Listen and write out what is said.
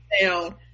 down